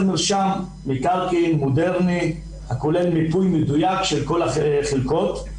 מרשם מקרקעין מודרני הכולל מיקום מדויק של כל החלקות.